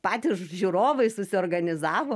patys žiūrovai susiorganizavo